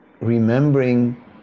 remembering